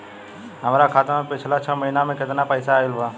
हमरा खाता मे पिछला छह महीना मे केतना पैसा आईल बा?